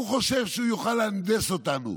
הוא חושב שהוא יוכל להנדס אותנו.